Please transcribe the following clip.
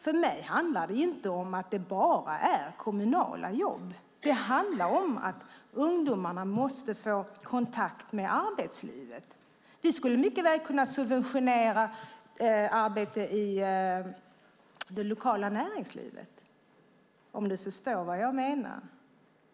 För mig handlar det inte om att det är bara kommunala jobb. Det handlar om att ungdomarna måste få kontakt med arbetslivet. Vi skulle mycket väl kunna subventionera arbete i det lokala näringslivet, om du förstår vad jag menar.